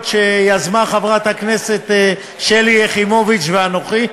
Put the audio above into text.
שיזמנו חברת הכנסת שלי יחימוביץ ואנוכי.